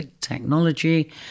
technology